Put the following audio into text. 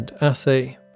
Assay